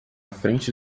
frente